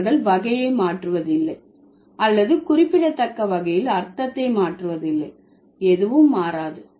அவர்கள் வகையை மாற்றுவதில்லை அல்லது குறிப்பிடத்தக்க வகையில் அர்த்தத்தை மாற்றுவதில்லை எதுவும் மாறாது